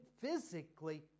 physically